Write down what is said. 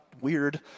weird